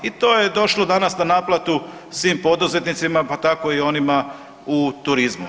I to je došlo danas na naplatu svim poduzetnicima, pa tako i onima u turizmu.